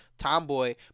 tomboy